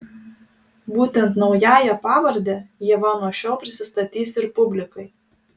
būtent naująja pavarde ieva nuo šiol prisistatys ir publikai